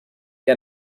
que